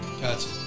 Gotcha